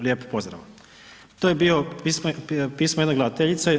Lijep pozdrav.“ To je bilo pismo jedne gledateljice.